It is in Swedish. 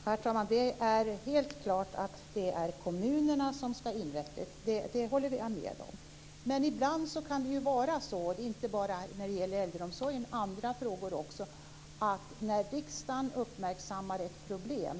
Herr talman! Det är helt klart att det är kommunerna som ska inrätta. Det håller jag med om. Men ibland kan det vara så, inte bara när det gäller äldreomsorgen utan andra frågor också, att det är bra att riksdagen uppmärksammar ett problem.